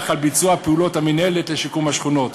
על ביצוע פעולות המינהלת לשיקום השכונות.